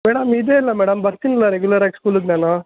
madam ಇದೆ ಅಲ್ಲ madam ಬರ್ತೀನಲ್ಲ ರೆಗ್ಯುಲರ್ರಾಗಿ ಸ್ಕೂಲಿಗೆ ನಾನೂ